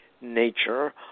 nature